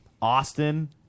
Austin